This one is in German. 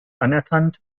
anerkannt